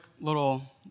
little